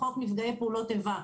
חוק נפגעי פעולות איבה.